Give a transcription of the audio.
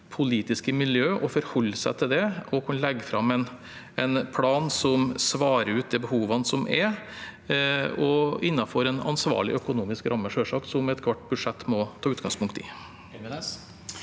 politiske miljøet å forholde seg til det og legge fram en plan som svarer ut de behovene som er – selvsagt innenfor en ansvarlig økonomisk ramme, som ethvert budsjett må ta utgangspunkt i.